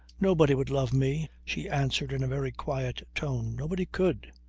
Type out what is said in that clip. nobody would love me, she answered in a very quiet tone. nobody could.